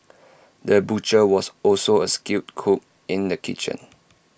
the butcher was also A skilled cook in the kitchen